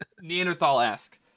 Neanderthal-esque